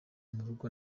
murugo